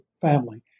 family